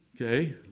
Okay